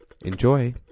Enjoy